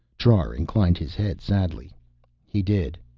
trar inclined his head sadly he did.